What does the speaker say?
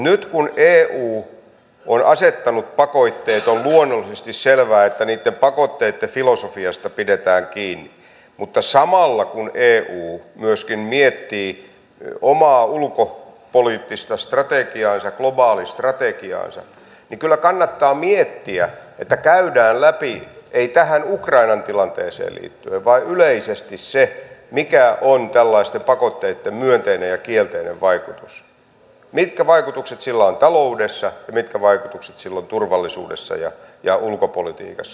nyt kun eu on asettanut pakotteet on luonnollisesti selvää että niitten pakotteitten filosofiasta pidetään kiinni mutta samalla kun eu myöskin miettii omaa ulkopoliittista strategiaansa globaalistrategiaansa kyllä kannattaa miettiä että käydään läpi ei tähän ukrainan tilanteeseen liittyen vaan yleisesti se mitkä ovat tällaisten pakotteitten myönteiset ja kielteiset vaikutukset mitkä vaikutukset niillä on taloudessa ja mitkä vaikutukset niillä on turvallisuudessa ja ulkopolitiikassa